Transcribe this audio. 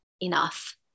enough